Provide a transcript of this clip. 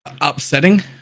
upsetting